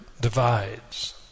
divides